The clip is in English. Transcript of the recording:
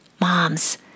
Moms